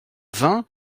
vint